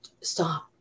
stop